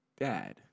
dad